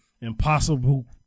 impossible